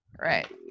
Right